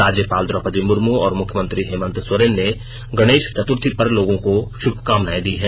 राज्यपाल द्रौपदी मुर्मू और मुख्यमंत्री हेमंत सोरेन ने गणेश चतुर्थी पर लोगों को शुभकामनाएं दी हैं